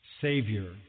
Savior